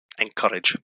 encourage